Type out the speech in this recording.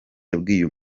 yabwiye